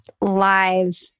live